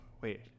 wait